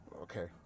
okay